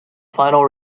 final